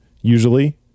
usually